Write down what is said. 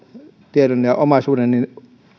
tiedon ja omaisuuden